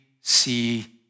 see